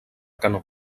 canó